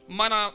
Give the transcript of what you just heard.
mana